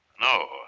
No